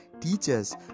teachers